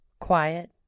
quiet